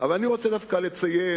אבל אני רוצה דווקא לציין